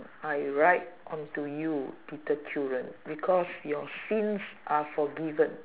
I write onto you little children because your sins are forgiven